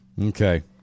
Okay